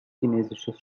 chinesisches